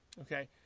Okay